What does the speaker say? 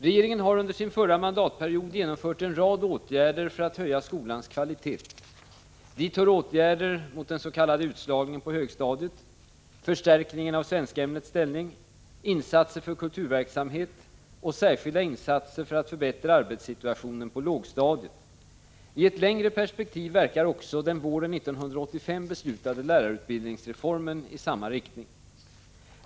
Regeringen har under sin förra mandatperiod genomfört en rad åtgärder för att höja skolans kvalitet — dit hör åtgärder mot den s.k. utslagningen på högstadiet, förstärkningen av svenskämnets ställning, insatser för kulturverksamhet och särskilda insatser för att förbättra arbetssituationen på lågstadiet. I ett längre perspektiv verkar också den våren 1985 beslutade lärarutbildningsreformen i samma riktning.